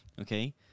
Okay